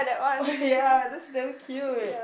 oh ya that's damn cute